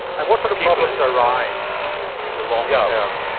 and what sort of problems arise in the long yeah term?